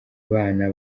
bana